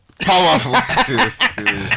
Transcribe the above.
powerful